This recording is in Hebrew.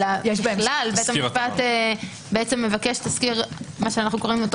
אלא בכלל בית המשפט מבקש תסקיר התאמה,